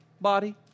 body